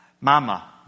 Mama